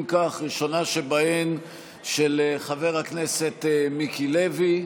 אם כך, הראשונה שבהן של חבר הכנסת מיקי לוי.